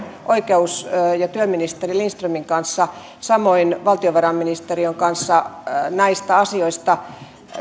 oikeus ja työministeri lindströmin kanssa samoin valtiovarainministeriön kanssa näistä asioista